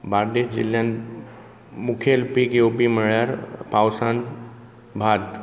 बार्देज जिल्ल्यांत मुखेल पीक येवपी म्हळ्यार पावसांत भात